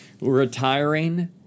Retiring